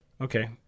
Okay